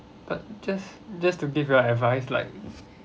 but just just to give you all advice like